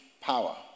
power